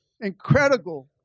incredible